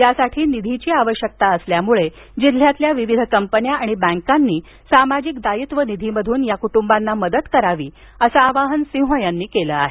यासाठी निधीची आवश्यकता असल्यामुळे जिल्ह्यातील विविध कंपन्या आणि बँकांनी सामाजिक दायित्व निधी मधून या कुटुंबांना मदत करावी असं आवाहन सिंह यांनी केलं आहे